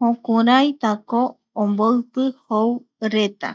jokuraitako omboipi jou reta.